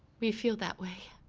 we feel that way.